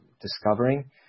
discovering